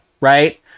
right